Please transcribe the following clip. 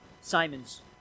Simon's